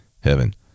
heaven